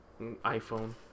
iPhone